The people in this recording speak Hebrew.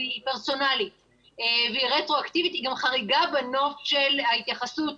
היא פרסונלית והיא רטרואקטיבית היא גם חריגה בנוף של ההתייחסות